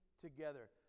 together